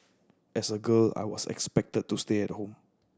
as a girl I was expected to stay at home